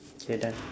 K done